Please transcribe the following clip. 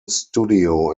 studio